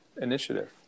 initiative